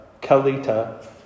Kalita